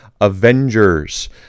Avengers